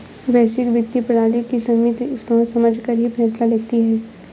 वैश्विक वित्तीय प्रणाली की समिति सोच समझकर ही फैसला लेती है